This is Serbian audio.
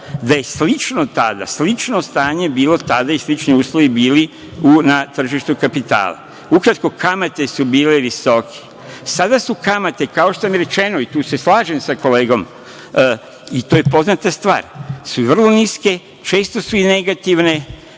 da je slično tada, slično stanje bilo tada i slični uslovi bili na tržištu kapitala. Ukratko, kamate su bile visoke. Sada su kamate, kao što nam je rečeno i tu se slažem sa kolegom, to je poznata stvar, su vrlo niske, često su i negativne,